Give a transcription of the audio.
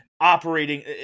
operating